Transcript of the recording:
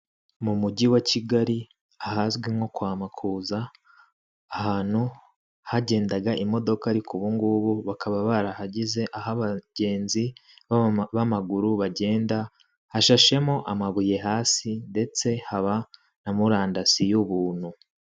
Mu mujyi wa Kigali ahazwi nko kwamakuza ahantu hagendaga imodoka, ariko ubungubu bakaba barahagize ah’abagenzi b'amaguru bagenda, hashashemo amabuye hasi ndetse haba na murandasi y'ubuntu.